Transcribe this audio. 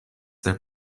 their